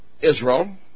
Israel